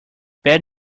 bad